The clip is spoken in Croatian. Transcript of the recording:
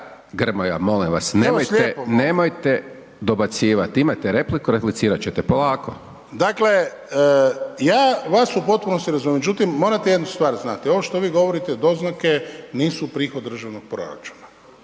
Grmoja molim vas nemojte, nemojte dobacivat, imate repliku, replicirat ćete, polako. **Šuker, Ivan (HDZ)** Dakle, ja vas u potpunosti razumijem, međutim morate jednu stvar znati, ovo što vi govorite, doznake nisu prihod državnog proračuna,